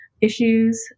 issues